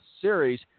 series